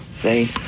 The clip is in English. Say